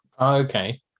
Okay